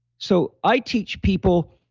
so i teach people,